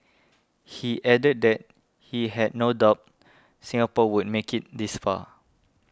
he added that he had no doubt Singapore would make it this far